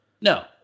No